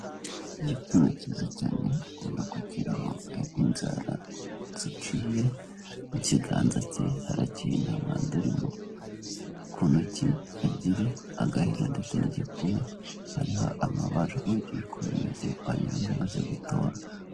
Igikumwe cyiza cyane ubona ko kiriho inzara ziciye mu kiganza cye haracyeye nta mwanda urimo, ku ntoki ebyiri agahera ndetse n'igikumwe hariho amabara, nkurikije uko bimeze wagira ngo amaze gutora.